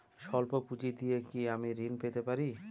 সল্প পুঁজি দিয়ে কি আমি ঋণ পেতে পারি?